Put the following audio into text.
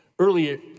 Earlier